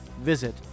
Visit